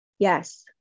Yes